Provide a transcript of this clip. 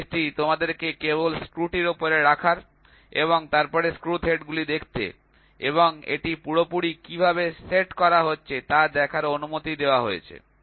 এই গেজটি তোমাদেরকে কেবল স্ক্রুটির উপরে রাখার এবং তারপরে স্ক্রু থ্রেডগুলি দেখতে এবং এটি পুরোপুরি কীভাবে সেট করা হচ্ছে তা দেখার অনুমতি দেওয়া হয়েছে